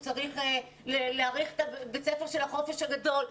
צריך להאריך את בית הספר של החופש הגדול.